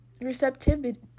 receptivity